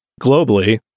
globally